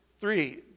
Three